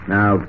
Now